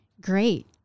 Great